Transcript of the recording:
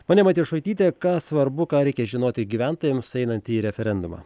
ponia matjošaityte ką svarbu ką reikia žinoti gyventojams einant į referendumą